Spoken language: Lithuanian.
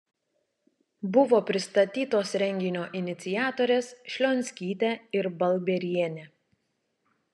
buvo pristatytos renginio iniciatorės šlionskytė ir balbierienė